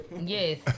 yes